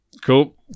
Cool